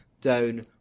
down